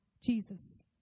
Jesus